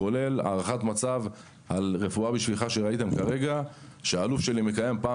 כולל הערכת מצב על "רפואה בשבילך" שראיתם במצגת שהאלוף שלי מקיים פעם